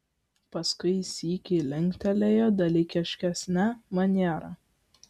paskui sykį linktelėjo dalykiškesne maniera